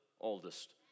oldest